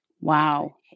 Wow